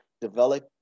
develop